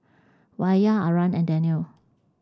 Wira Aryan and Daniel